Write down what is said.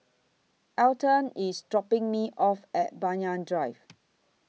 Alton IS dropping Me off At Banyan Drive